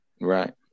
Right